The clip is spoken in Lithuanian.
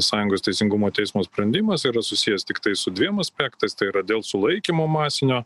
sąjungos teisingumo teismo sprendimas yra susijęs tiktai su dviem aspektais tai yra dėl sulaikymo masinio